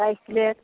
rice plate